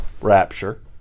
rapture